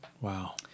wow